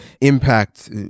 impact